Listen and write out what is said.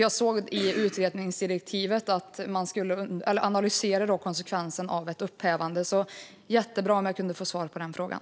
Jag såg i utredningsdirektivet att man ska analysera konsekvenserna av ett upphävande, så det skulle vara jättebra om jag kunde få svar på den frågan.